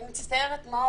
אני מצטערת מאוד.